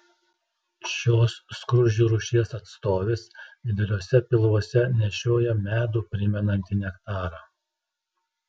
šios skruzdžių rūšies atstovės dideliuose pilvuose nešioja medų primenantį nektarą